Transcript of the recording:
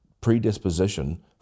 predisposition